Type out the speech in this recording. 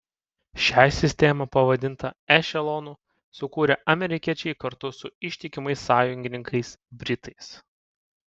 šią sistemą pavadintą ešelonu sukūrė amerikiečiai kartu su ištikimais sąjungininkais britais